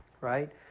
Right